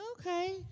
okay